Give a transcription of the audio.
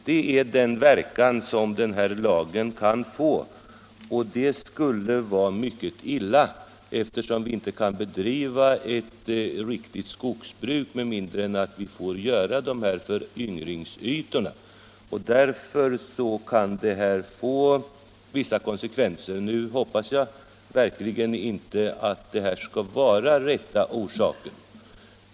Denna lag kan få en sådan verkan, och det skulle vara mycket illa, eftersom vi inte kan bedriva ett riktigt skogsbruk med mindre än att vi får åstadkomma dessa föryngringsytor. Därför kan det här få vissa konsekvenser. Nu hoppas jag verkligen att det här inte skall vara rätta orsaken.